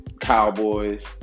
Cowboys